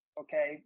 okay